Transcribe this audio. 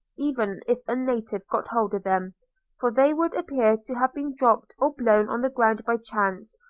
even if a native got hold of them for they would appear to have been dropped or blown on the ground by chance,